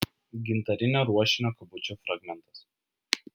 gintarinio ruošinio kabučiui fragmentas